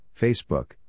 Facebook